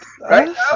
Right